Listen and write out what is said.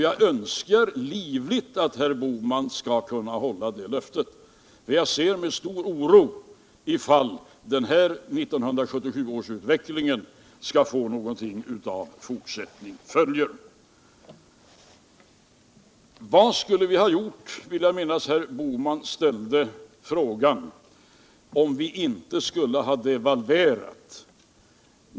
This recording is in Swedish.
Jag önskar livligt att herr Bohman skall kunna hålla sitt löfte. Jag ser med stor oro på om 1977 års utveckling skulle få någonting av ”fortsättning följer”. Vad skulle vi ha gjort — vill jag minnas att herr Bohman frågade — om vi inte hade devalverat?